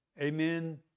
Amen